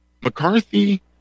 McCarthy